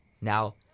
Now